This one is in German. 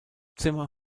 zimmer